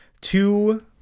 two